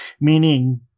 meaning –